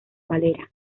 valera